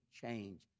change